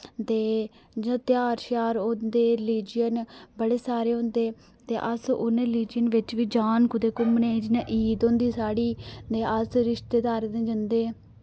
ते जि'यां तेहार श्यार होंदे रिलिजन बड़े सारे होंदे ते अस उ'ने रिलिजन बिच बी जान कुतै घुम्मने जि'यां ईद होंदी साढ़ी ते अस रिश्तेदारें दे जन्दे